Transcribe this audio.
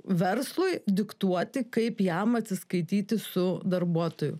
verslui diktuoti kaip jam atsiskaityti su darbuotoju